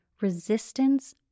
resistance